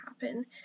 happen